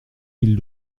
mille